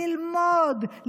ללמוד,